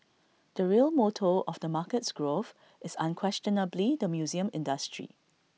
the real motor of the market's growth is unquestionably the museum industry